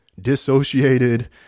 dissociated